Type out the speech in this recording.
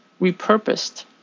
repurposed